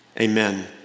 Amen